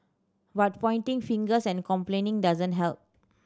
but pointing fingers and complaining doesn't help